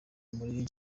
muri